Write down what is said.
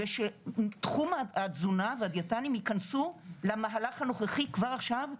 ושתחום התזונה והדיאטנים ייכנסו למהלך הנוכחי כבר עכשיו,